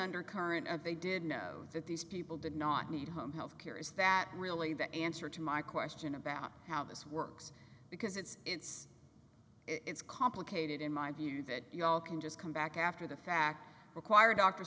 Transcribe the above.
undercurrent of they did know that these people did not need a home health care is that really the answer to my question about how this works because it's it's it's complicated in my view that you all can just come back after the fact require doctor